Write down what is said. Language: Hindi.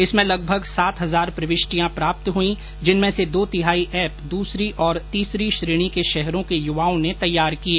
इसमें लगभग सात हजार प्रविष्टियां प्राप्त हुई जिनमें से दो तिहाई ऐप दूसरी और तीसरी श्रेणी के शहरों के युवाओं ने तैयार किए